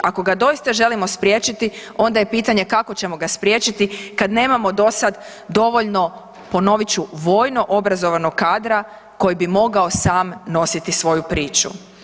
Ako ga doista želimo spriječiti onda je pitanje, kako ćemo ga spriječiti kad nemamo do sad dovoljno, ponovit ću, vojno-obrazovnog kadra koji bi mogao sam nositi svoju priču.